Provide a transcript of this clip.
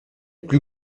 plus